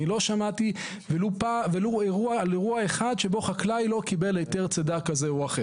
אני לא שמעתי ולו על אירוע אחד שבו חקלאי לא קיבל היתר צידה כזה או אחר.